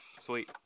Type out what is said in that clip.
sweet